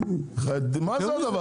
מה זה?